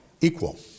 equal